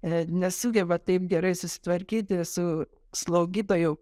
e nesugeba taip gerai susitvarkyti su slaugytojų